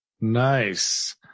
Nice